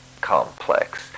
complex